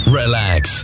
relax